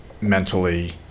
mentally